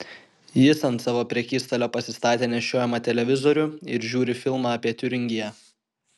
jis ant savo prekystalio pasistatė nešiojamą televizorių ir žiūri filmą apie tiuringiją